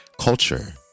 culture